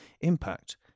impact